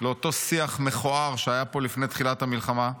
לאותו שיח מכוער שהיה פה לפני תחילת המלחמה.